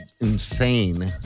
insane